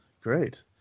great